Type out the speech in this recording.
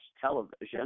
television